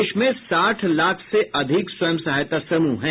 देश में साठ लाख से अधिक स्व सहायता समूह हैं